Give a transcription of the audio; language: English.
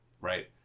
Right